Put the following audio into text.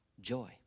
joy